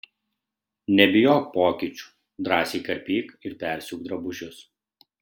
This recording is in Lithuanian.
nebijok pokyčių drąsiai karpyk ir persiūk drabužius